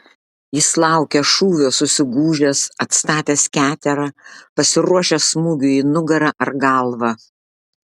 jis laukia šūvio susigūžęs atstatęs keterą pasiruošęs smūgiui į nugarą ar galvą